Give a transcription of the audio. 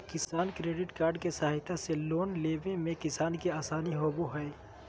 किसान credit card के सहायता से लोन लेवय मे किसान के आसानी होबय हय